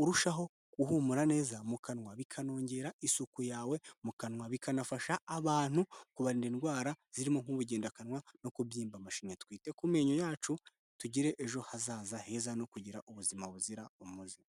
urushaho guhumura neza mu kanwa bikanongera isuku yawe mu kanwa, bikanafasha abantu kubarinda indwara zirimo nk'ubugendakanwa no kubyimba amashinya. Twite ku menyo yacu, tugira ejo hazaza heza no kugira ubuzima buzira umuze.